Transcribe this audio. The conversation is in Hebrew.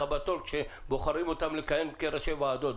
בתור כשבוחרים אותם לכהן כראשי ועדות.